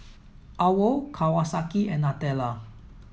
OWL Kawasaki and Nutella